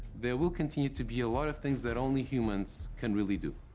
there will continue to be a lot of things that only humans can really do.